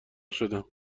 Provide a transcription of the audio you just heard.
شدم